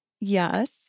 Yes